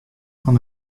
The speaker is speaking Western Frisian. fan